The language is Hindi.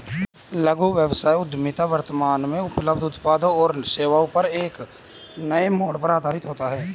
लघु व्यवसाय उद्यमिता वर्तमान में उपलब्ध उत्पादों और सेवाओं पर एक नए मोड़ पर आधारित होता है